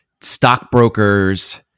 stockbrokers